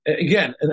again